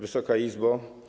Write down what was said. Wysoka Izbo!